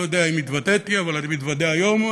ואני לא יודע אם התוודיתי אבל אני מתוודה היום,